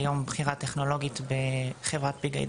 היום בכירה טכנולוגית בחברת פיג איי.